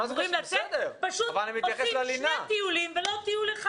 עושים שני טיולים ולא טיול אחד.